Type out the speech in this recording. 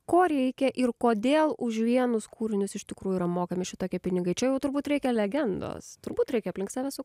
ko reikia ir kodėl už vienus kūrinius iš tikrųjų yra mokami šitokie pinigai čia jau turbūt reikia legendos turbūt reikia aplink save su